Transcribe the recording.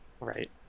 right